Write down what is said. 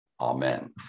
amen